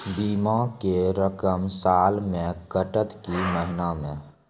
बीमा के रकम साल मे कटत कि महीना मे?